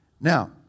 Now